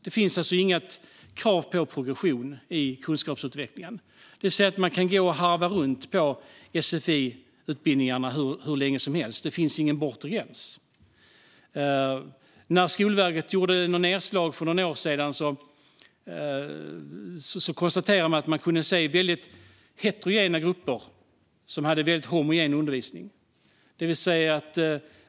Det finns alltså inget krav på progression i kunskapsutvecklingen. Man kan gå och harva runt på sfi-utbildningarna hur länge som helst. Det finns ingen bortre gräns. När Skolverket gjorde nedslag för några år sedan konstaterade man att man kunde se väldigt heterogena grupper som hade väldigt homogen undervisning.